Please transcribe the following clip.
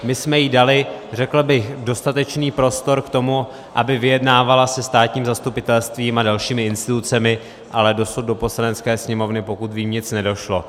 My jsme jí dali, řekl bych, dostatečný prostor k tomu, aby vyjednávala se státním zastupitelstvím a dalšími institucemi, ale dosud do Poslanecké sněmovny, pokud vím, nic nedošlo.